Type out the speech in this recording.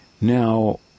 Now